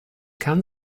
can